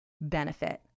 benefit